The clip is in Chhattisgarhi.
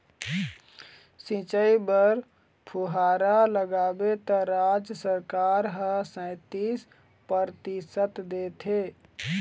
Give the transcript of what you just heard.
सिंचई बर फुहारा लगाबे त राज सरकार ह सैतीस परतिसत देथे